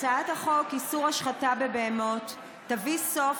הצעת חוק איסור השחתה בבהמות תביא סוף